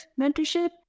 mentorship